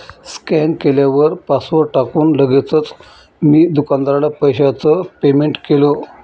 scan केल्यावर password टाकून लगेचच मी दुकानदाराला पैशाचं पेमेंट केलं